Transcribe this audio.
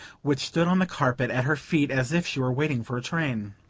which stood on the carpet at her feet as if she were waiting for a train.